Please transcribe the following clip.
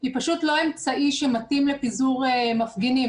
היא פשוט לא אמצעי שמתאים לפיזור מפגינים.